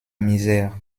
misère